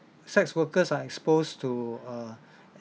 sex workers are exposed to err